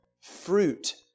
fruit